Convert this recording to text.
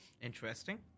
Interesting